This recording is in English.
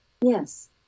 Yes